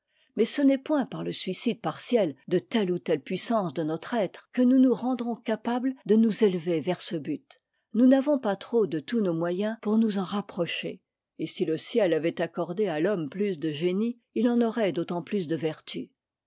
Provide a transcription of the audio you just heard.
mais ce n'est point par le suicide partiel de telle ou telle puissance de notre être que nous nous rendrons capables de nous élever vers ce but nous n'avons pas trop de tous nos moyens pour nous en rapprocher et si le ciel avait accordé à l'homme plus de génie il en aurait d'autant plus de vertu